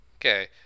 Okay